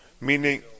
Meaning